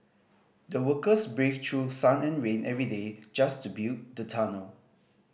the workers braved through sun and rain every day just to build the tunnel